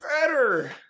better